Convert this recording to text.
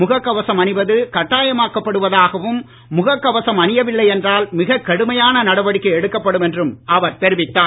முக கவசம் அணிவது கட்டாயமாக்கப்படுவதாகவும் முக கவசம் அணியவில்லை என்றால் மிக கடுமையான நடவடிக்கை எடுக்கப்படும் என்றும் அவர் தெரிவித்தார்